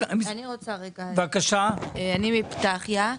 אני מפתחיה.